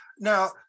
Now